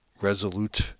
resolute